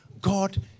God